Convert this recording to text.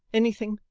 anything,